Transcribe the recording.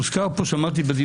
מוזכר פה בדיונים,